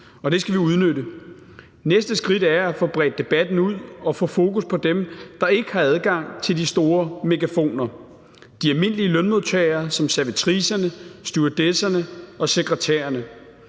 og det skal vi udnytte. Næste skridt er at få bredt debatten ud og få fokus på dem, der ikke har adgang til de store megafoner, de almindelige lønmodtagere som servitricerne, stewardesserne og sekretærerne,